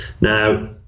Now